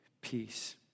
Peace